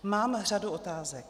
Mám řadu otázek.